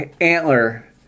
antler